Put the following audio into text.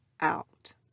out